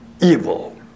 evil